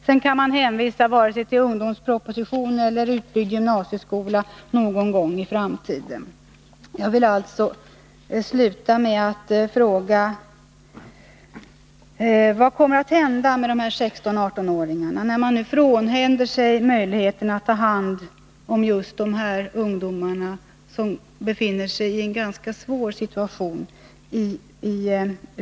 Sedan må man hänvisa till både ungdomsproposition och utbyggd gymnasieskola någon gång i framtiden. Vad kommer att hända med de här 16-18-åringarna, när man frånhänder sig möjligheten att inom riksyrkesskolornas verksamhet ta hand om just dessa ungdomar, som befinner sig i en ganska svår situation?